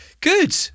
Good